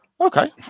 Okay